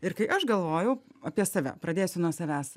ir kai aš galvojau apie save pradėsiu nuo savęs